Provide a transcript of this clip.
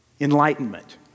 Enlightenment